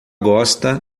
gosta